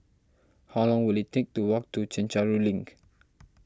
how long will it take to walk to Chencharu Link